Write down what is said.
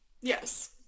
Yes